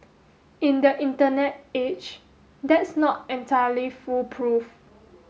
in the internet age that's not entirely foolproof